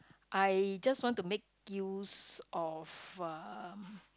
I just want to make use of a